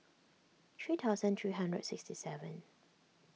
three thousand three hundred and sixty seven